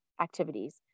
activities